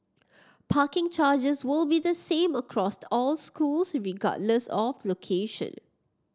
parking charges will be the same across all schools regardless of location